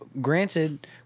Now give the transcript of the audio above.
Granted